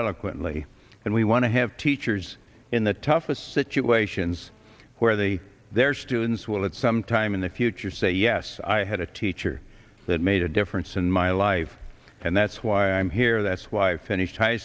eloquently and we want to have teachers in the toughest situations where they their students will at some time in the future say yes i had a teacher that made a difference in my life and that's why i'm here that's why i finished high